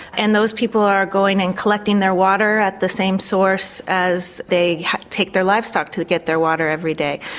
and those people are going and collecting their water at the same source as they take their livestock to get their water every day.